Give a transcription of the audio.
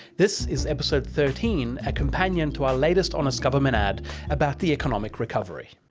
this is episode thirteen, a companion to our latest honest government ad about the economic recovery.